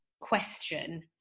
question